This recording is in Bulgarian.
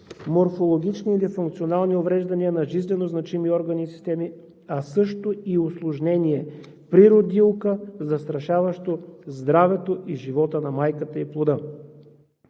морфологични или функционални увреждания на жизненозначими органи и системи, а също и усложнение при родилка, застрашаващо здравето и живота на майката и плода.